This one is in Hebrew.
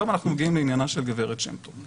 עכשיו אנחנו מגיעים לעניינה של גב' שם טוב.